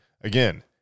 again